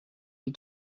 you